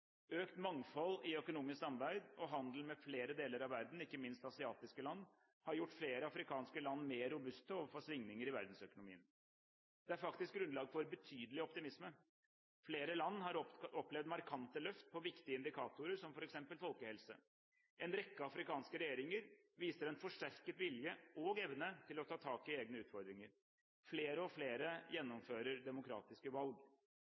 Økt mangfold i økonomisk samarbeid og handel med flere deler av verden, ikke minst med asiatiske land, har gjort flere afrikanske land mer robuste overfor svingninger i verdensøkonomien. Det er faktisk grunnlag for betydelig optimisme. Flere land har opplevd markante løft på viktige indikatorer som f.eks. folkehelse. En rekke afrikanske regjeringer viser en forsterket vilje og evne til å ta tak i egne utfordringer. Flere og flere gjennomfører demokratiske valg.